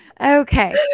Okay